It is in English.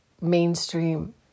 mainstream